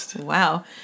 Wow